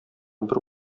бер